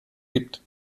gibt